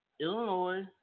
Illinois